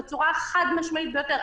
בצורה החד-משמעית ביותר,